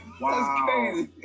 wow